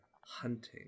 hunting